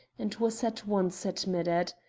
and was at once admitted.